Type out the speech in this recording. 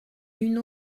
une